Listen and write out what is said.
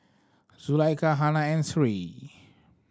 Zulaikha Hana and Sri